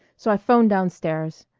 so i phoned down-stairs.